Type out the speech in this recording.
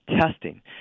testing